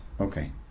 okay